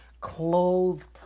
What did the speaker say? clothed